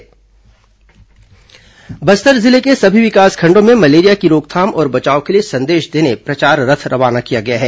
malaria प्रचार रथ बस्तर जिले के सभी विकासखंडों में मलेरिया की रोकथाम और बचाव के लिए संदेश देने प्रचार रथ रवाना किया गया है